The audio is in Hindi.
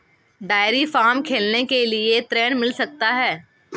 डेयरी फार्म खोलने के लिए ऋण मिल सकता है?